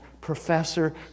Professor